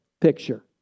picture